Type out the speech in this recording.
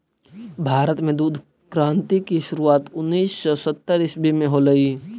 भारत में दुग्ध क्रान्ति की शुरुआत उनीस सौ सत्तर ईसवी में होलई